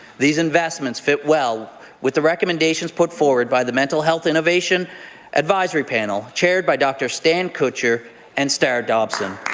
these investments fit well with the recommendations put forward by the mental health innovation advisory panel chaired by dr. stan kuchar and starr dobson.